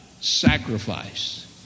sacrifice